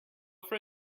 for